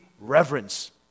reverence